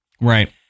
Right